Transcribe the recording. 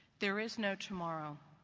there is no tomorrow,